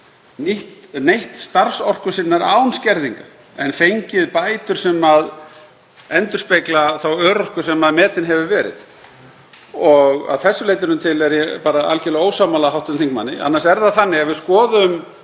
neytt starfsorku sinnar án skerðinga en fengið bætur sem endurspegla þá örorku sem metin hefur verið. Að þessu leyti til er ég bara algjörlega ósammála hv. þingmanni. Annars er það þannig, ef við skoðum